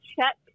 check